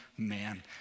Man